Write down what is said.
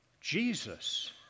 Jesus